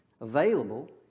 available